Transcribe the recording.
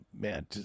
man